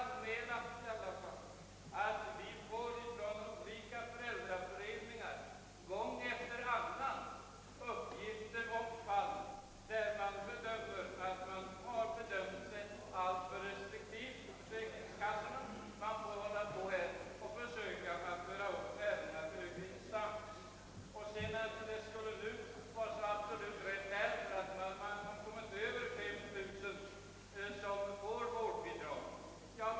Detta är ingen praxis, utan praxis uppstår först när högsta instansen har prövat målet.